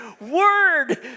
word